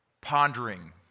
pondering